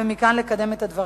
ומכאן לקדם את הדברים.